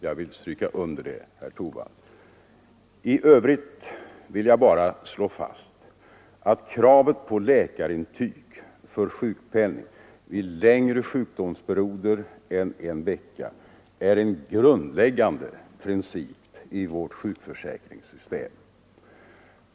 Jag vill stryka under detta, herr Torwald. I övrigt vill jag bara slå fast att kravet på läkarintyg för sjukpenning vid längre sjukdomsperioder än en vecka är en grundläggande princip i vårt sjukförsäkringssystem.